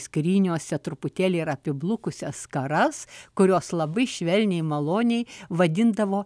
skryniose truputėlį ir apiblukusias skaras kurios labai švelniai maloniai vadindavo